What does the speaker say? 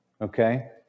okay